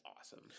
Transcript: awesome